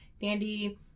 Dandy